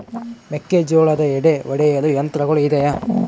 ಮೆಕ್ಕೆಜೋಳದ ಎಡೆ ಒಡೆಯಲು ಯಂತ್ರಗಳು ಇದೆಯೆ?